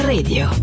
Radio